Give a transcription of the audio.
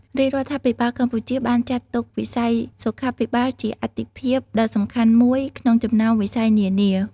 រាជរដ្ឋាភិបាលកម្ពុជាបានចាត់ទុកវិស័យសុខាភិបាលជាអាទិភាពដ៏សំខាន់មួយក្នុងចំណោមវិស័យនានា។